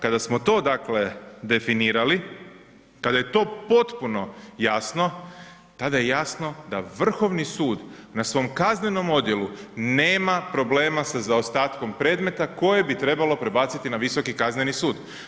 Kada smo to dakle definirali, kada je to potpuno jasno, tada je jasno da Vrhovni sud na svom kaznenom odjelu nema problema sa zaostatkom predmeta koje bi trebalo prebaciti na Visoki kazneni sud.